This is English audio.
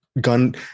gun